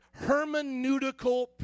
hermeneutical